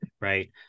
right